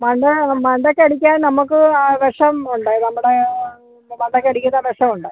മണ്ടക്ക് അടിക്കാൻ നമുക്ക് ആ വിഷം ഉണ്ട് നമ്മുടെ മണ്ടക്ക് അടിക്കുന്ന വിഷമുണ്ട്